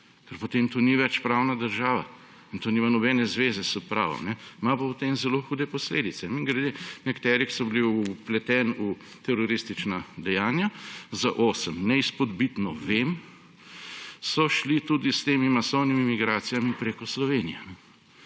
potem to ni več pravna država in to nima nobene zveze s pravom. Ima pa potem zelo hude posledice. Mimogrede, nekateri, ki so bili vpleteni v teroristična dejanja, za osem neizpodbitno vem, so šli tudi s temi masovnimi migracijami preko Slovenije.